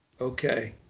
Okay